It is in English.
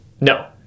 No